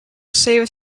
saved